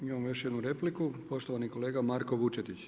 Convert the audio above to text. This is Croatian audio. Imamo još jednu repliku, poštovani kolega Marko Vučetić.